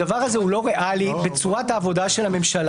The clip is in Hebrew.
הדבר הזה הוא לא ריאלי בצורת העבודה של הממשלה.